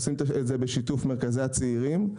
עושים את זה בשיתוף מרכזי הצעירים.